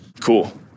cool